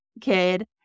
kid